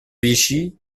vichy